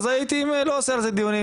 אז לא הייתי עושה על זה דיונים,